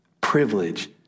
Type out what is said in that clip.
Privilege